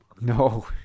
No